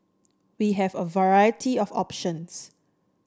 we have a variety of options